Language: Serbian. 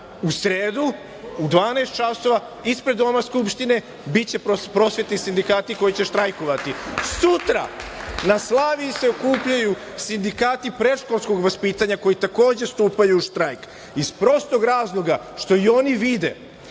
U sredu u 12 časova ispred Doma Skupštine biće prosvetni sindikati koji će štajkovati. Sutra na Slaviji se okupljaju sindikati predškolskog vaspitanja koji takođe stupaju u štrajk, iz prostog razloga što i oni vide